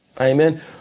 Amen